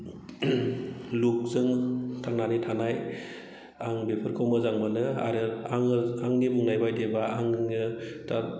लुकजों थांनानै थानाय आं बेफोरखौ मोजां मोनो आरो आङो आंनि बुंनाय बायदिब्ला आंनो दा